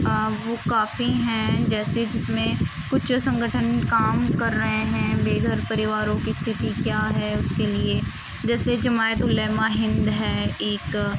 وہ کافی ہیں جیسے جس میں کچھ سنگٹھن کام کر رہے ہیں بے گھر پریواروں کی استھتی کیا ہے اس کے لیے جیسے جمیعۃ علمائے ہند ہے ایک